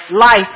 life